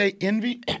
Envy